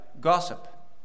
gossip